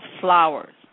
flowers